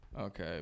Okay